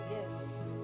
Yes